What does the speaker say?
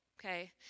Okay